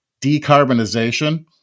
Decarbonization